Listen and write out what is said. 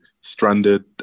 stranded